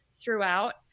throughout